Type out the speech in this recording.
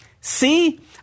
See